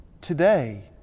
today